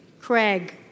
Craig